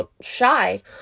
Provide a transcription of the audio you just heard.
shy